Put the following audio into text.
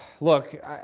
Look